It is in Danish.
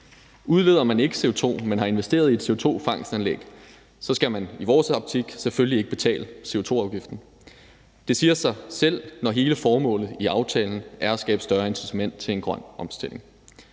Udleder man ikke CO2, men har investeret i et CO2-fangstsanlæg, skal man i vores optik selvfølgelig ikke betale CO2-afgiften. Det siger sig selv, når hele formålet i aftalen er at skabe større incitament til en grøn omstilling.